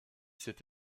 cet